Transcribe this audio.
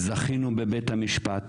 זכינו בבית המשפט.